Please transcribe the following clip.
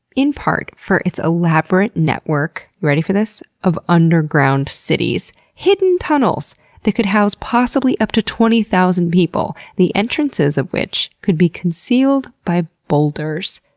in part, for its elaborate network ready for this? of underground cities. hidden tunnels that could house possibly up to twenty thousand people, the entrance of which could be concealed by boulders.